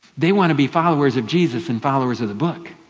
they want to be followers of jesus and followers of the book.